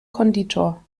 konditor